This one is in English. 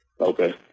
Okay